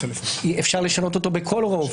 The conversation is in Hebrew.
שאפשר לשנות אותו בכל רוב,